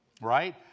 right